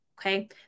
Okay